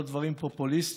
ולא דברים פופוליסטיים,